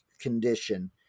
condition